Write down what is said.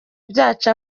byacu